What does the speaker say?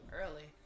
early